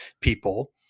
people